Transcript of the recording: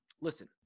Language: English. Listen